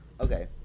Okay